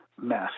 mess